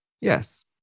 yes